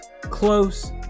close